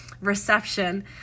reception